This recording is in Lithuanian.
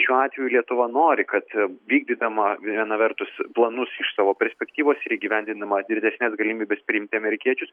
šiuo atveju lietuva nori kad vykdydama viena vertus planus iš savo perspektyvos ir įgyvendindama didesnes galimybes priimti amerikiečius